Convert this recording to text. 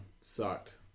Sucked